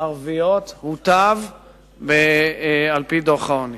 ערביות הוטב על-פי דוח העוני.